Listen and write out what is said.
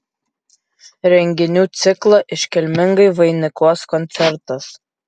renginių ciklą iškilmingai vainikuos koncertas